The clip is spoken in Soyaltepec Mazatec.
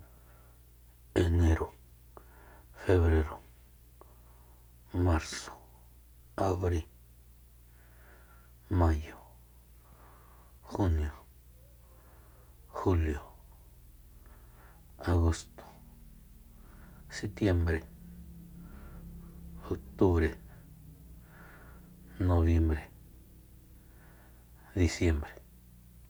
Enero febrero marso abri mayo junio julio agosto setiembre otubre nobiembre disiembre